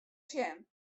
sjen